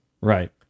Right